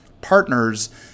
partners